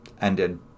ended